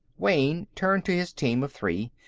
wayne turned to his team of three.